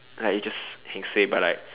like you just heng suay but like